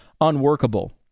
unworkable